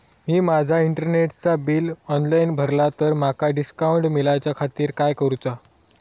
मी माजा इंटरनेटचा bill online भरला तर माका डिस्काउंट मिलाच्या खातीर काय करुचा?